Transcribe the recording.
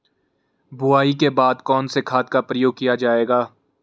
बुआई के बाद कौन से खाद का प्रयोग किया जायेगा?